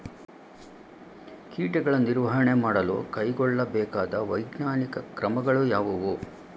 ಕೀಟಗಳ ನಿರ್ವಹಣೆ ಮಾಡಲು ಕೈಗೊಳ್ಳಬೇಕಾದ ವೈಜ್ಞಾನಿಕ ಕ್ರಮಗಳು ಯಾವುವು?